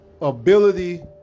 ability